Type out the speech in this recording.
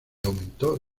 aumentó